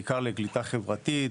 בעיקר קליטה חברתית,